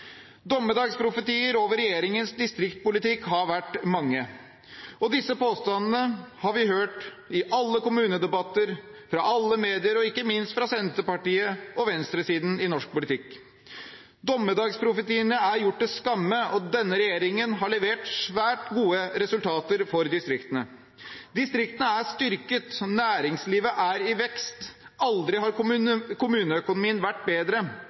Dommedagsprofetiene over regjeringens distriktspolitikk har vært mange. Disse påstandene har vi hørt i alle kommunedebatter, fra alle medier og ikke minst fra Senterpartiet og venstresiden i norsk politikk. Dommedagsprofetiene er gjort til skamme, og denne regjeringen har levert svært gode resultater for distriktene. Distriktene er styrket, næringslivet er i vekst, aldri har kommuneøkonomien vært bedre.